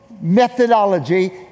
methodology